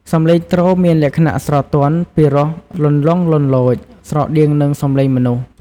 សំឡេងទ្រមានលក្ខណៈស្រទន់ ពីរោះលន្លង់លន្លោច ស្រដៀងនឹងសំឡេងមនុស្ស។